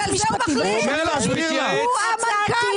בשביל זה --- הוא אומר לך שהוא יתייעץ עם גורמי המקצוע.